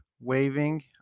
waving